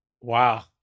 wow